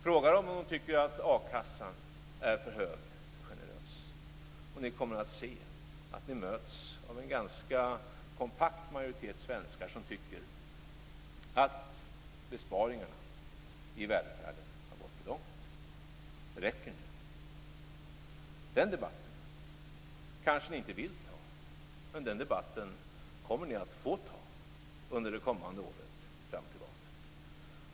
Fråga dem om de tycker att ersättningen från a-kassan är för hög och för generös. Ni kommer att se att ni möts av en ganska kompakt majoritet svenskar som tycker att besparingarna i välfärden har gått för långt. Det räcker nu. Den debatten kanske ni inte vill ta. Men den debatten kommer ni att få ta under det kommande året fram till valet.